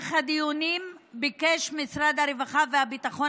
במהלך הדיונים ביקש משרד הרווחה והביטחון